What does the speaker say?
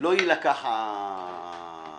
לא תילקח התוספת.